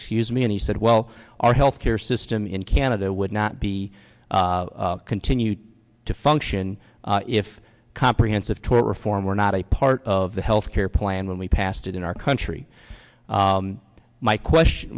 excuse me and he said well our health care system in canada would not be continued to function if comprehensive tort reform were not a part of the health care plan when we passed it in our country my question